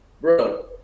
bro